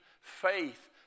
faith